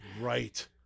Right